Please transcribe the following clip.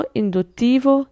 induttivo